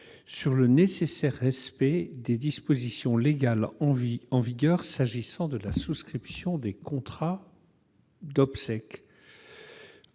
sur le nécessaire respect des dispositions légales en vigueur, s'agissant de la souscription des contrats d'assurance